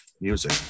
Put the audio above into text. music